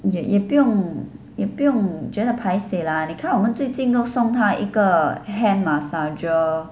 也也不用也不用觉得 paiseh lah 你看我们最近都送她一个 hand massager